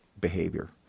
behavior